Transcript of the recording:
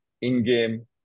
in-game